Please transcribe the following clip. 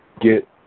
get